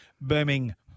Birmingham